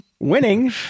Winning